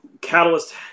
Catalyst